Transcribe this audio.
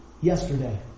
yesterday